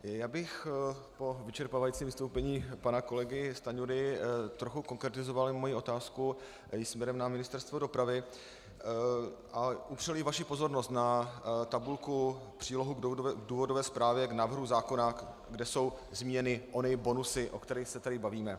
Já bych po vyčerpávajícím vystoupení pana kolegy Stanjury trochu konkretizoval svoji otázku i směrem na Ministerstvo dopravy a upřel bych vaši pozornost na tabulku, přílohu k důvodové zprávě k návrhu zákona, kde jsou zmíněny ony bonusy, o kterých se tady bavíme.